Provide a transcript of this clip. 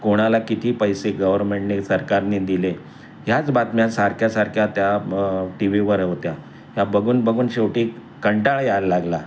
कोणाला किती पैसे गव्हर्मेंटने सरकारने दिले ह्याच बातम्या सारख्या सारख्या त्या टी व्हीवर होत्या या बघून बघून शेवटी कंटाळा यायला लागला